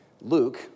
Luke